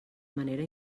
manera